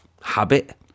habit